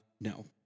No